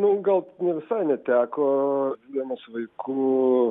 nu gal nevisa neteko būdamas vaiku